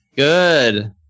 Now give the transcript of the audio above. Good